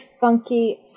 funky